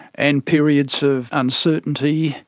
and periods of uncertainty.